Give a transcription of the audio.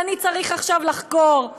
ואני צריך עכשיו לחקור?